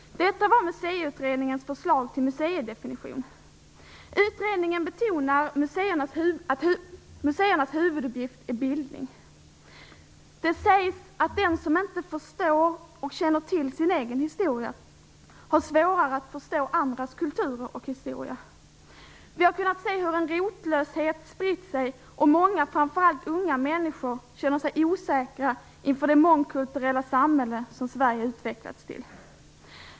Detta var Museiutredningens förslag till museidefinition. Utredningen betonar att museernas huvuduppgift är bildning. Det sägs att den som inte förstår eller känner till sin egen historia har svårare att förstå andras kultur och historia. Vi har kunnat se hur en rotlöshet spritt sig och många, framför allt unga människor, känner sig osäkra inför det mångkulturella samhälle som Sverige utvecklats till.